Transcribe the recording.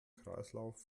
kreislauf